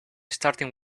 starting